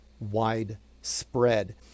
widespread